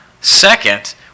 Second